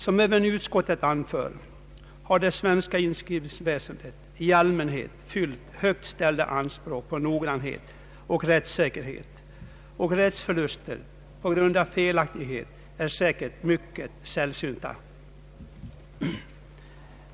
Som även utskottet anför har det svenska inskrivningsväsendet i allmänhet fyllt högt ställda anspråk på noggrannhet och rättssäkerhet, och rättsförluster på grund av felaktighet är säkert mycket sällsynta.